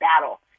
battle